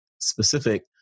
specific